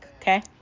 okay